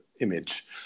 image